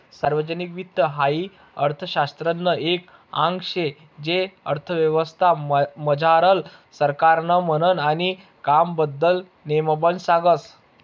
सार्वजनिक वित्त हाई अर्थशास्त्रनं एक आंग शे जे अर्थव्यवस्था मझारलं सरकारनं म्हननं आणि कामबद्दल नेमबन सांगस